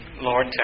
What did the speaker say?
Lord